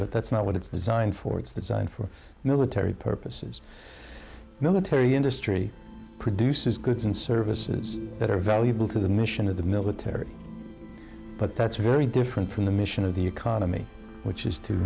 but that's not what it's designed for it's the design for military purposes military industry produces goods and services that are valuable to the mission of the military but that's very different from the mission of the economy which is to